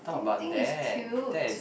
do you think he's cute